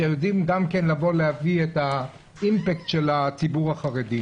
אנשים שיודעים גם להביא את האימפקט של הציבור החרדי.